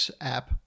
app